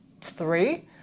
three